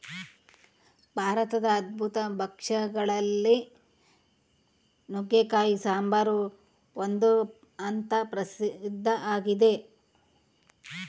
ಭಾರತದ ಅದ್ಭುತ ಭಕ್ಷ್ಯ ಗಳಲ್ಲಿ ನುಗ್ಗೆಕಾಯಿ ಸಾಂಬಾರು ಒಂದು ಅಂತ ಪ್ರಸಿದ್ಧ ಆಗಿದೆ